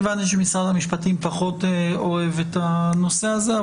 הבנתי שמשרד המשפטים פחות אוהב את הנושא הזה.